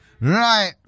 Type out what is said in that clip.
right